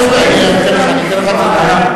אתן לך את הזמן.